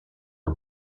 for